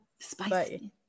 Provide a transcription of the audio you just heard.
Spicy